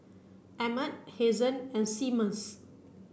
Emmett Hazen and Seamus